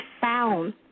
found